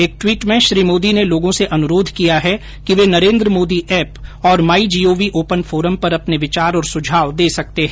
एक ट्वीट में श्री मोदी ने लोगों से अनुरोध किया है कि वे नरेन्द्र मोदी एप और my G O V open forum पर अपने विचार और सुझाव दे सकते हैं